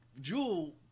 Jewel